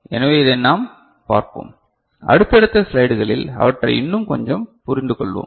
எனவே இதை நாம் பார்ப்போம் அடுத்தடுத்த ஸ்லைடுகளில் அவற்றை இன்னும் கொஞ்சம் புரிந்துகொள்வோம்